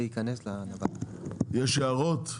יש הערות?